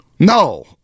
No